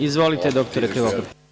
Izvolite, dr Krivokapiću.